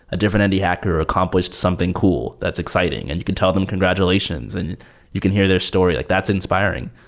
a different indie hacker accomplished something cool, that's exciting, and you could tell them congratulations and you can hear their story. like that's inspiring.